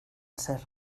ser